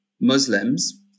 Muslims